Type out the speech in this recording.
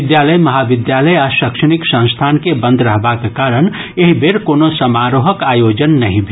विद्यालय महाविद्यालय आ शैक्षणिक संस्थान के बंद रहबाक कारण एहि बेर कोनो समारोहक आयोजन नहि भेल